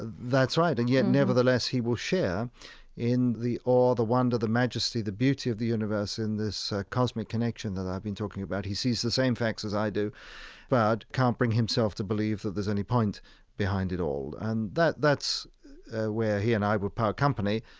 that's right, and yet, nevertheless, he will share in the awe, the wonder, the majesty, the beauty of the universe in this cosmic connection that i've been talking about. he sees the same facts as i do but can't bring himself to believe that there's any point behind it all. and that's where he and i will part company.